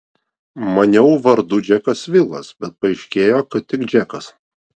maniau vardu džekas vilas bet paaiškėjo kad tik džekas